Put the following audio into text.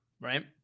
Right